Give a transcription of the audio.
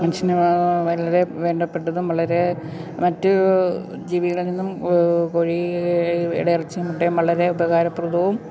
മനുഷ്യന് വളരെ വേണ്ടപ്പെട്ടതും വളരെ മറ്റ് ജീവികളിൽനിന്നും കോഴിയുടെ ഇറച്ചിയും മുട്ടയും വളരെ ഉപകാരപ്രദവും